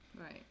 Right